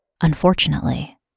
Unfortunately